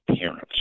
parents